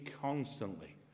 constantly